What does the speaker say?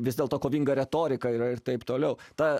vis dėlto kovinga retorika yra ir taip toliau ta